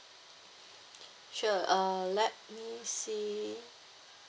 sure um let me see